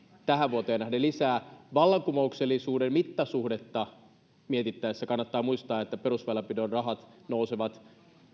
tähän vuoteen nähden lisää vallankumouksellisuuden mittasuhdetta mietittäessä kannattaa muistaa että perusväylänpidon rahat nousevat